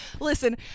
Listen